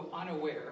unaware